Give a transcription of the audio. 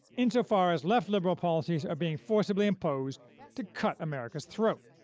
insofar as left-liberal policies are being forcibly imposed to cut america's throat.